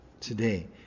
today